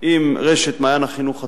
עם רשת "מעיין החינוך התורני",